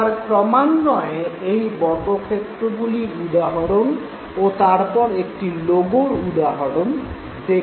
এবার ক্রমান্বয়ে এই বর্গক্ষেত্রগুলির উদাহরণ ও তারপর একটি লোগোর উদাহরণ দেখব